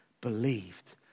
believed